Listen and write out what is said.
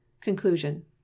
Conclusion